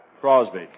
Crosby